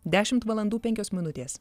dešimt valandų penkios minutės